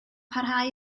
parhau